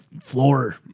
floor